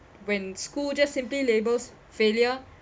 when school just simply labels failure